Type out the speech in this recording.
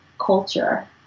culture